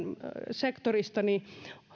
sektoristani